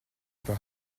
pas